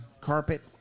carpet